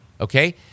okay